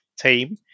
team